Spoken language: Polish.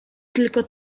tylko